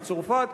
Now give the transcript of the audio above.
בצרפת,